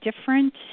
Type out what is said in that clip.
different